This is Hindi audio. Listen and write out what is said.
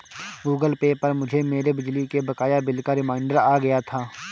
गूगल पे पर मुझे मेरे बिजली के बकाया बिल का रिमाइन्डर आ गया था